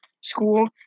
school